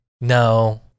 No